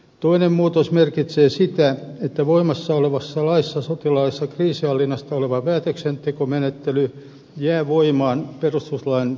toinen muutos merkitsee sitä että voimassa olevassa laissa sotilaallisesta kriisinhallinnasta oleva päätöksentekomenettely jää voimaan perustuslain muuttamisesta huolimatta